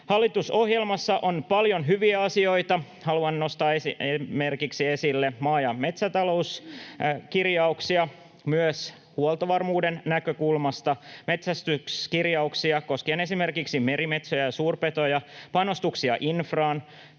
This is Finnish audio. Hallitusohjelmassa on paljon hyviä asioita. Haluan nostaa esille esimerkiksi maa- ja metsätalouskirjauksia, myös huoltovarmuuden näkökulmasta, metsästyskirjauksia koskien esimerkiksi merimetsoja ja suurpetoja, panostuksia infraan,